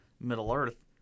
Middle-earth